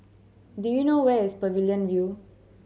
do you know where is Pavilion View